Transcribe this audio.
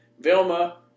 Vilma